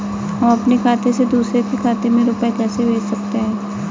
हम अपने खाते से दूसरे के खाते में रुपये कैसे भेज सकते हैं?